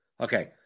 Okay